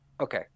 Okay